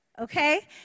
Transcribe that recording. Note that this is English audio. Okay